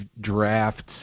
drafts